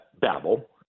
babble